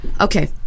Okay